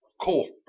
Cool